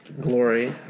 glory